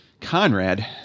Conrad